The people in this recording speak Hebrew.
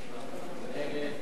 חוק הרשות